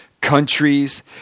countries